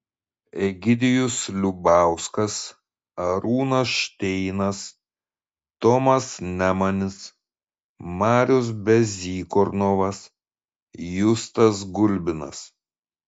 egidijus liubauskas arūnas šteinas tomas nemanis marius bezykornovas justas gulbinas